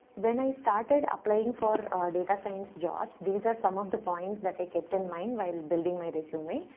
when i started applying for data science jobs, these are some of the points that i kept in mind while building my resume.